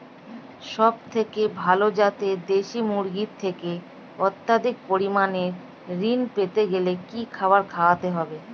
সবথেকে ভালো যাতে দেশি মুরগির থেকে অত্যাধিক পরিমাণে ঋণ পেতে গেলে কি খাবার খাওয়াতে হবে?